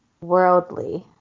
worldly